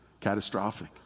catastrophic